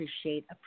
appreciate